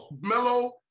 Mellow